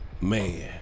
Man